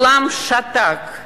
העולם שתק.